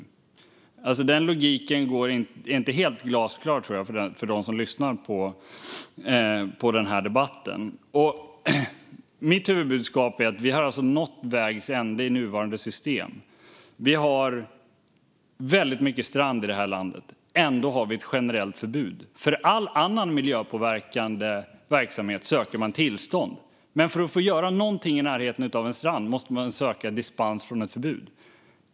Jag tror inte att logiken är helt glasklar för dem som lyssnar på debatten. Mitt huvudbudskap är att vi har nått vägs ände i nuvarande system. Vi har väldigt mycket strand i det här landet, och ändå har vi ett generellt förbud. För all annan miljöpåverkande verksamhet söker man tillstånd, men för att få göra någonting i närheten av en strand måste man söka dispens från ett förbud.